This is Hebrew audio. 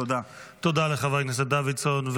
תודה תודה לחבר הכנסת דוידסון,